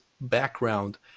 background